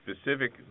specific